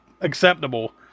acceptable